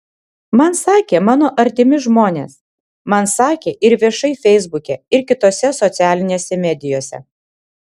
man sakė mano artimi žmonės man sakė ir viešai feisbuke ir kitose socialinėse medijose